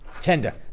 tender